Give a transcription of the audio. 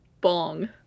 Bong